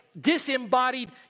disembodied